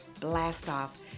Blast-Off